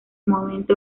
momento